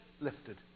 lifted